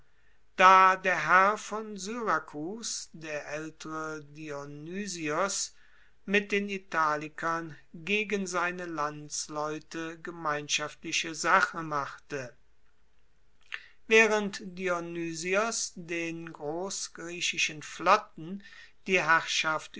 da der herr von syrakus der aeltere dionysios mit den italikern gegen seine landsleute gemeinschaftliche sache machte waehrend dionysios den grossgriechischen flotten die herrschaft